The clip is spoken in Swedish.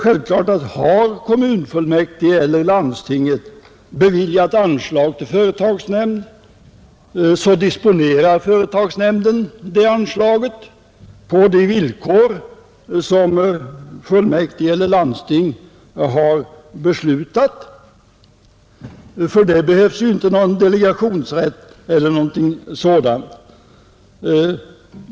Har kommunfullmäktige eller landstinget beviljat anslag till företagsnämnd, disponerar företagsnämnden självfallet det anslaget på de villkor som fullmäktige eller landsting har beslutat. För det behövs ju inte någon delegationsrätt eller något sådant.